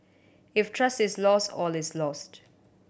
if trust is lost all is lost